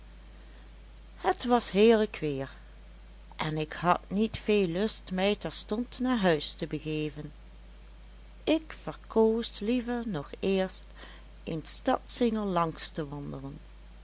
het was heerlijk weer en ik had niet veel lust mij terstond naar huis te begeven ik verkoos liever nog eerst een stadssingel langs te wandelen